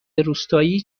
روستایی